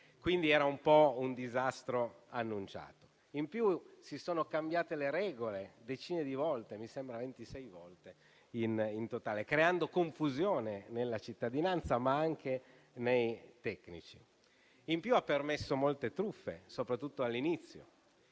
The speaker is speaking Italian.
quindi era un disastro annunciato. In più, si sono cambiate le regole decine di volte (mi sembra 26 in totale), creando confusione nella cittadinanza, ma anche nei tecnici. Ha permesso inoltre molte truffe, soprattutto all'inizio.